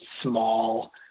small